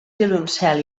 violoncel